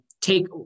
take